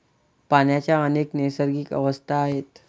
पाण्याच्या अनेक नैसर्गिक अवस्था आहेत